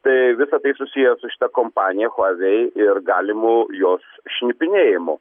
tai visa tai susiję su šita kompanija huavei ir galimų jos šnipinėjimu